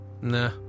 Nah